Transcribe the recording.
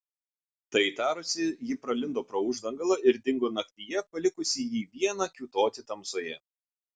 tai tarusi ji pralindo pro uždangalą ir dingo naktyje palikusi jį vieną kiūtoti tamsoje